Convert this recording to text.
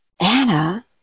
Anna